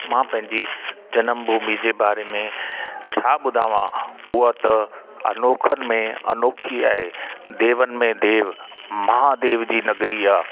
मां पंहिंजी जनमु भूमी जी बारे में छा ॿुधायां हूअ त अनोखनि में अनोखी आहे देवनि में देव महादेव जी नगरी आहे